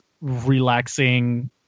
relaxing